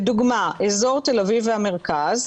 לדוגמה, אזור תל אביב והמרכז,